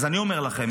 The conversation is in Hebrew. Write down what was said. אז אני אומר לכם,